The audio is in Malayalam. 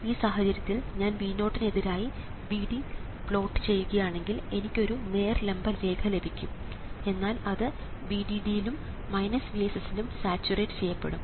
ഈ സാഹചര്യത്തിൽ ഞാൻ V0 ന് എതിരായി Vd പ്ലോട്ട് ചെയ്യുകയാണെങ്കിൽ എനിക്ക് ഒരു നേർ ലംബ രേഖ ലഭിക്കും എന്നാൽ അത് VDD ലും VSS ലും സാച്ചുറേറ്റ് ചെയ്യപ്പെടും